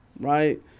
right